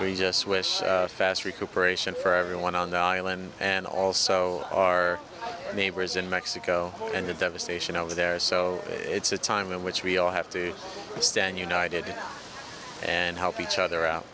very just wish fast recuperation for everyone on the island and also our neighbors in mexico and the devastation over there so it's a time in which we all have to stand united and help each other out